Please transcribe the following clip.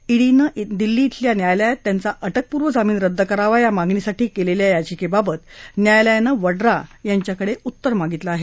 ईडीनं दिल्ली धिल्या न्यायालयात त्यांचा अटकपूर्व जामिन रद्द करावा या मागणीसाठी केलेल्या याचिकेबाबत न्यायालयानं वड्रा यांच्याकडे उत्तर मागितलं आहे